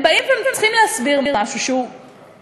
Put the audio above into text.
הם באים והם צריכים להסביר משהו שהם